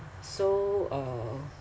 so uh